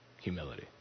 humility